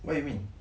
what you mean